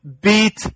beat